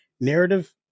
narrative